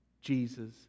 Jesus